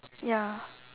ya